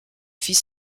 fit